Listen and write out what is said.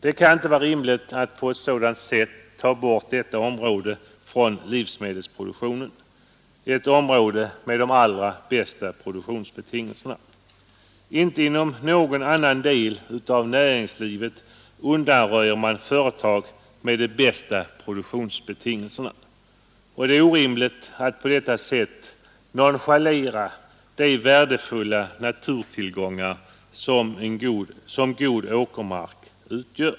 Det kan inte vara rimligt att på ett sådant sätt ta bort detta område från livsmedelsproduktionen, ett område med de allra bästa produktionsbetingelserna. Inte inom någon annan del av näringslivet undanröjer man företag med de bästa produktionsbetingelserna. Och det är orimligt att på detta sätt nonchalera de värdefulla naturtillgångar som god åkermark utgör.